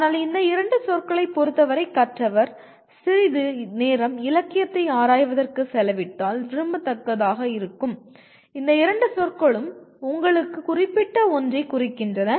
ஆனால் இந்த இரண்டு சொற்களைப் பொறுத்தவரை கற்றவர் சிறிது நேரம் இலக்கியத்தை ஆராய்வதற்கு செலவிட்டால் விரும்பத்தக்கதாக இருக்கும் இந்த இரண்டு சொற்களும் உங்களுக்கு குறிப்பிட்ட ஒன்றைக் குறிக்கின்றன